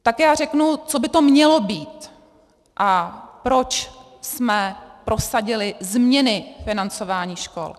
Tak já řeknu, co by to mělo být a proč jsme prosadili změny financování škol.